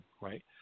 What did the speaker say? right